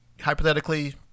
hypothetically